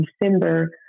December